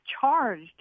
charged